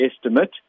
estimate